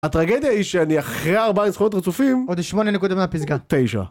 הטרגדיה היא שאני אחרי 4 נצחונות רצופים... עוד 8 נקודות מהפסגה. 9.